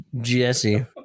Jesse